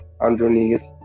underneath